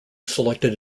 selected